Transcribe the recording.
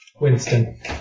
Winston